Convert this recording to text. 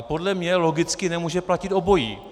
Podle mě logicky nemůže platit obojí.